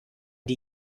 die